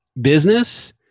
business